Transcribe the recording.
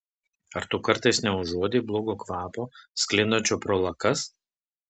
ar tu kartais neužuodei blogo kvapo sklindančio pro lakas